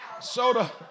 Soda